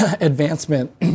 advancement